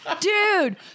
Dude